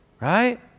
right